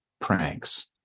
pranks